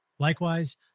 Likewise